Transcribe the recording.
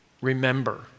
Remember